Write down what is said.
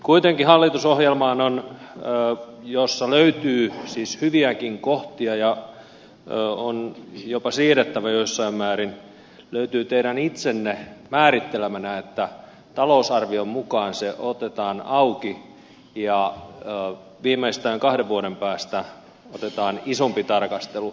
kuitenkin hallitusohjelmasta josta löytyy siis hyviäkin kohtia ja joka on jopa siedettävä jossain määrin löytyy teidän itsenne määrittelemänä että talousarvion mukaan se otetaan auki ja viimeistään kahden vuoden päästä otetaan isompi tarkastelu